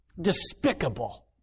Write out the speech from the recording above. despicable